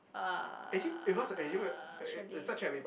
uh chalet